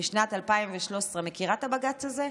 בשנת 2013, מכירה את הבג"ץ הזה?